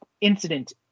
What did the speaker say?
incident